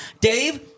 Dave